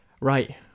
Right